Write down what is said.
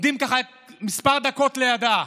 מטר, שעומדים כמה דקות לידה.